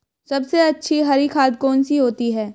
सबसे अच्छी हरी खाद कौन सी होती है?